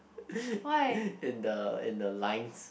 in the in the lines